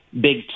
big